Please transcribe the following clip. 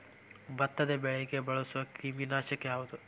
ಭತ್ತದ ಬೆಳೆಗೆ ಬಳಸುವ ಕ್ರಿಮಿ ನಾಶಕ ಯಾವುದು?